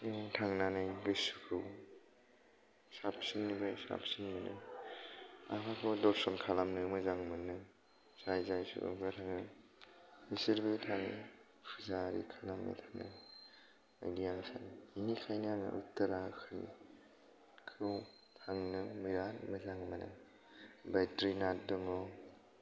बेयाव थांनानै गोसोखौ साबसिननिफ्राय साबसिन मोनो आफाखौ दर्शन खालामनो मोजां मोनो जाय जाय सुबुंफ्रा थाङो बिसोरबो थाङो फुजा आऱि खालामनो थाङो बिनिखायनो आङो उत्तराखन्दखौ थांनो बिराद मोजां मोनो ओमफ्राय त्रिनाथ दङ